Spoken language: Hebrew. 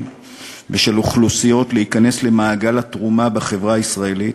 ושל אוכלוסיות להיכנס למעגל התרומה בחברה הישראלית.